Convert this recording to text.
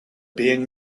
being